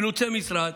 אילוצי משרד.